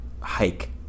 hike